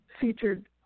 featured